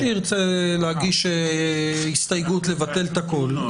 מי שירצה להגיש הסתייגות ולבטל את הכול,